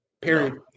Period